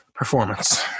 performance